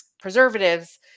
preservatives